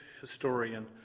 historian